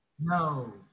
No